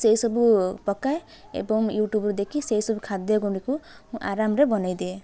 ସେଇ ସବୁ ପକାଏ ଏବଂ ୟୁଟ୍ୟୁବରୁ ଦେଖି ସେଇ ସବୁ ଖାଦ୍ୟ ଗୁଡ଼ିକୁ ମୁଁ ଆରାମରେ ବନେଇଦିଏ